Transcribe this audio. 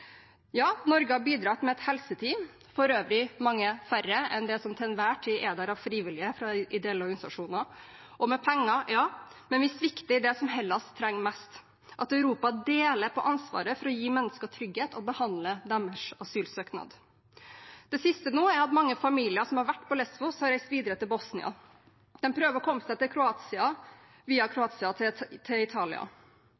Norge har bidratt med et helseteam – for øvrig mange færre enn det som til enhver tid er der av frivillige fra ideelle organisasjoner – og med penger, ja, men vi svikter når det gjelder det som Hellas trenger mest: at Europa deler på ansvaret for å gi mennesker trygghet og behandle deres asylsøknad. Det siste nå er at mange familier som har vært på Lésvos, har reist videre til Bosnia. De prøver å komme seg via Kroatia til Italia. Men på grensen til Kroatia